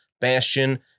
Bastion